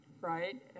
right